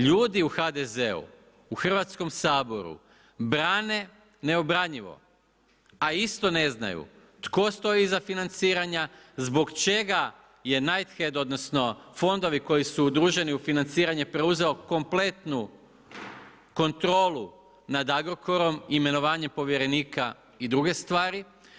Ljudi u HDZ-u, u Hrvatskom saboru brane neobranjivo, a isto ne znaju tko stoji iza financiranja, zbog čega je Night Head odnosno fondovi koji su udruženi u financiranje preuzeo kompletnu kontrolu nad Agrokorom, imenovanje povjerenika i druge stvari.